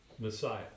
Messiah